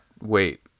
Wait